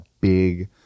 big